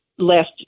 last